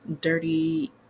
Dirty